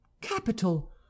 capital